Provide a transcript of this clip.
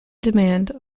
demand